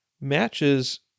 matches